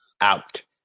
out